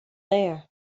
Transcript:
there